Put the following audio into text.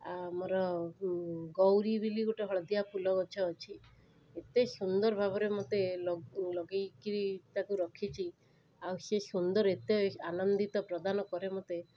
ଆ ଆମର ଗୌରି ବିଲି ଗୋଟେ ହଳଦିଆ ଫୁଲଗଛ ଅଛି ଏତେ ସୁନ୍ଦର ଭାବରେ ମୋତେ ଲଗାଇକି ତାକୁ ରଖିଛି ଆଉ ସେ ସୁନ୍ଦର ଏତେ ଆନନ୍ଦିତ ପ୍ରଦାନକରେ ମୋତେ